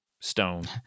stone